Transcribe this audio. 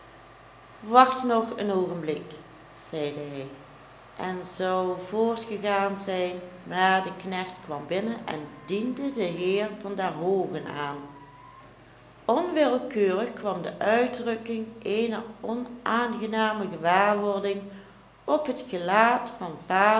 wacht nog een oogenblik zeide hij en zou voortgegaan zijn maar de knecht kwam binnen en diende den heer van der hoogen aan onwillekeurig kwam de uitdrukking eener onaangename gewaarwording op het gelaat van